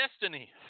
destiny